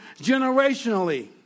generationally